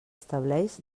estableix